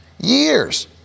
Years